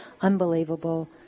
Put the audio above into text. unbelievable